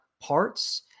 parts